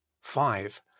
five